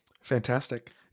Fantastic